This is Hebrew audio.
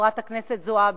חברת הכנסת זועבי,